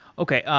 okay.